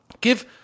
give